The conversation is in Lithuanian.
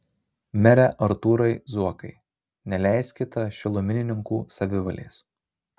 mere artūrai zuokai neleiskite šilumininkų savivalės